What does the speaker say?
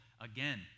again